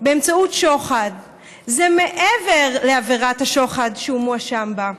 באמצעות שוחד זה מעבר לעבירת השוחד שהוא מואשם בה,